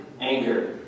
anger